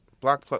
black